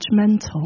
judgmental